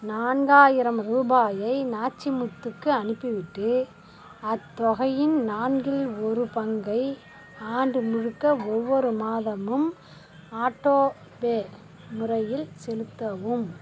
நான்காயிரம் ரூபாயை நாச்சிமுத்துக்கு அனுப்பிவிட்டு அத்தொகையின் நான்கில் ஒரு பங்கை ஆண்டு முழுக்க ஒவ்வொரு மாதமும் ஆட்டோபே முறையில் செலுத்தவும்